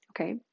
Okay